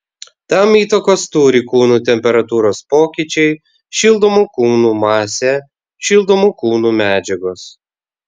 tam įtakos turi kūnų temperatūros pokyčiai šildomų kūnų masė šildomų kūnų medžiagos